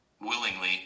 willingly